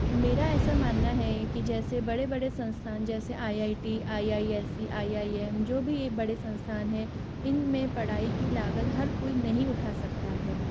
मेरा ऐसा मानना है कि जैसे बड़े बड़े संस्थान जैसे I I T I I S C I I M जो भी यह बड़े संस्थान है इनमें पढ़ाई की लागत हर कोई नहीं उठा सकता है